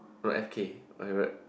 no F K my favourite